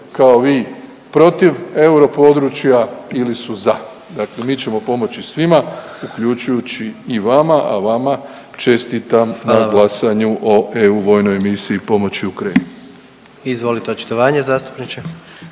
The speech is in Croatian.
kao vi protiv europodručja ili su za. Dakle, mi ćemo pomoći svima uključujući i vama, a vama čestitam na …/Upadica: Hvala vam./… glasanju o EU vojnoj misiji pomoći Ukrajini. **Jandroković, Gordan